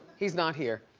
he's not here.